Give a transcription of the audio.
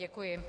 Děkuji.